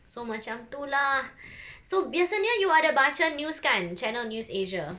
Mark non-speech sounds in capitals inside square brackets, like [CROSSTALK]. so macam tu lah [BREATH] so biasanya you ada baca news kan Channel News Asia